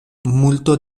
multo